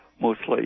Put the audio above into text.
mostly